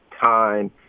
time